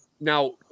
now